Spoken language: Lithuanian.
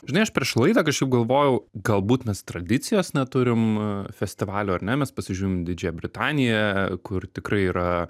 žinai aš prieš laidą kažkaip galvojau galbūt mes tradicijos neturim festivalių ar ne mes pasižiūrim į didžiąją britaniją kur tikrai yra